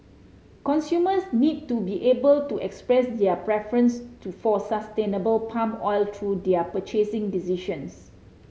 consumers need to be able to express their preference to for sustainable palm oil through their purchasing decisions